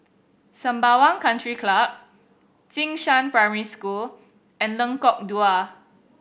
Sembawang Country Club Jing Shan Primary School and Lengkok Dua